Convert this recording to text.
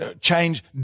change